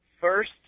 First